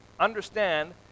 Understand